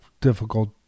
difficult